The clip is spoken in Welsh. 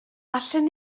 allwn